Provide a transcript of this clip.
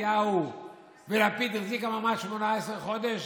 נתניהו ולפיד החזיקה מעמד 18 חודשים,